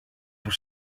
were